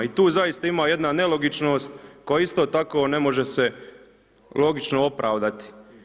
I tu zaista ima jedna nelogičnost koja isto tako ne može se logično opravdati.